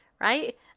right